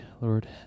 Lord